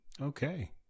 Okay